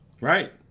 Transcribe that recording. Right